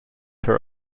her